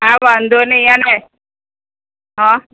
હાં વાંધો નઇ અને હાં